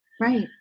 Right